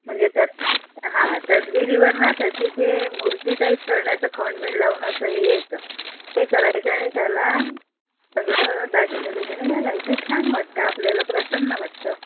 म्हणजे त्यात हां तसबिरीवर ना तशी ते मूर्तीटाईप करण्याचं खण बिण लावून असं हे येतं हे करायचं आणि त्याला सगळं दागिने बिगिने घालायचं छान वाटतं आपल्याला प्रसन्न वाटतं